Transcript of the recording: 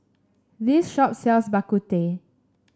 this shop sells Bak Kut Teh